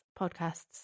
podcasts